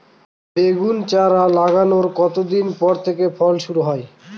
বেগুন চারা লাগানোর কতদিন পর থেকে ফলন শুরু হয়?